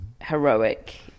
heroic